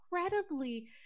incredibly